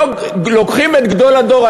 לוקחים את גדול הדור,